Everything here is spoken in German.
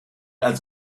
als